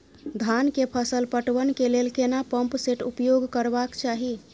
धान के फसल पटवन के लेल केना पंप सेट उपयोग करबाक चाही?